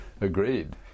agreed